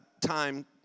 time